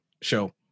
show